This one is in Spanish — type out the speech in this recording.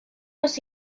los